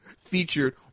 featured